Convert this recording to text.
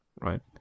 right